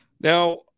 Now